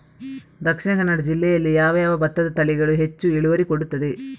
ದ.ಕ ಜಿಲ್ಲೆಯಲ್ಲಿ ಯಾವ ಯಾವ ಭತ್ತದ ತಳಿಗಳು ಹೆಚ್ಚು ಇಳುವರಿ ಕೊಡುತ್ತದೆ?